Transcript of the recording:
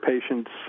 patients